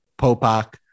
Popak